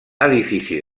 edifici